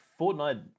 Fortnite